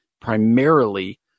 primarily